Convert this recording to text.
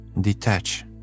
Detach